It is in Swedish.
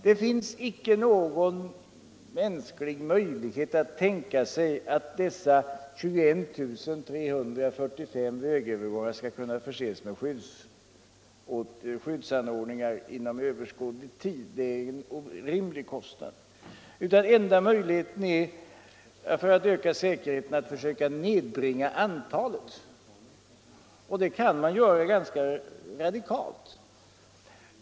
Det finns icke någon mänsklig möjlighet att ens tänka sig att dessa 21345 vägövergångar skall kunna förses med skyddsanordningar inom överskådlig tid — det skulle dessutom medföra en orimlig kostnad — utan den enda möjligheten att öka säkerheten är att försöka nedbringa antalet sådana övergångar, och det kan man göra ganska radikalt.